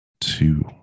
two